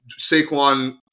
Saquon